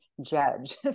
judge